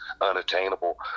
unattainable